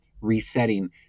resetting